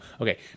okay